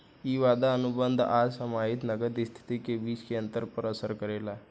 इ वादा अनुबंध आ समाहित नगद स्थिति के बीच के अंतर पर असर करेला